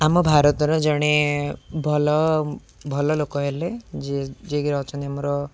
ଆମ ଭାରତର ଜଣେ ଭଲ ଭଲ ଲୋକ ହେଲେ ଯିଏ ଯିଏକିରି ଅଛନ୍ତି ଆମର